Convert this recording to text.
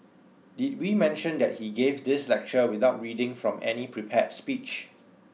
did we mention that he gave this lecture without reading from any prepared speech